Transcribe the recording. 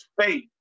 faith